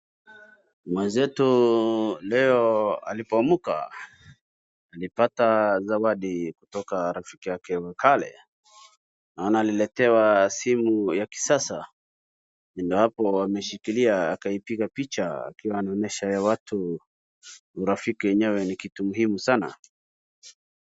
Mwenzetu leo alipoamka alipata zawadi kutoka rafiki yake wa kale. Naona aliletewa simu ya kisasa yenye hapo ameshikilia akaipiga picha akiwa anaonesha watu. Urafiki enyewe ni kitu muhimu sana.